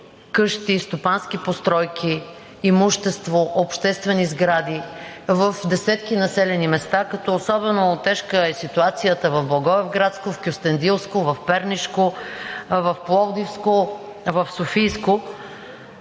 къщи, стопански постройки, имущество, обществени сгради в десетки населени места, като особено тежка е ситуацията в Благоевградско, в Кюстендилско, в Пернишко, в Пловдивско, в Софийско.